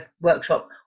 workshop